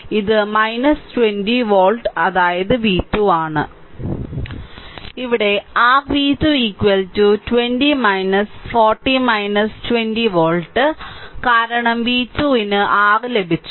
അതിനാൽ ഇത് 20 വോൾട്ട് അതായത് v2 ഇവിടെ r v2 20 40 20 വോൾട്ട് കാരണം v2 ന് r ലഭിച്ചു